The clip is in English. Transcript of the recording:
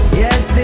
yes